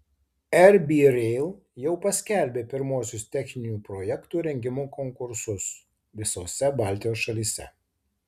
rb rail jau paskelbė pirmuosius techninių projektų rengimo konkursus visose baltijos šalyse